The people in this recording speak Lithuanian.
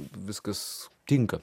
viskas tinka